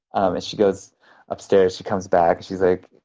um and she goes upstairs. she comes back. she's like,